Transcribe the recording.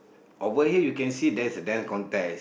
over here you can see there's there contest